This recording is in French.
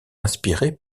inspiré